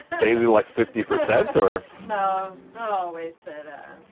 daily like fifty percent or? no, not always, but.